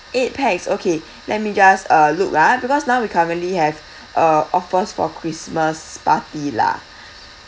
eight pax okay let me just uh look ah because now we currently have uh offers for christmas party lah